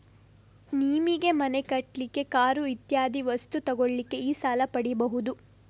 ನಿಮಿಗೆ ಮನೆ ಕಟ್ಲಿಕ್ಕೆ, ಕಾರು ಇತ್ಯಾದಿ ವಸ್ತು ತೆಗೊಳ್ಳಿಕ್ಕೆ ಈ ಸಾಲ ಪಡೀಬಹುದು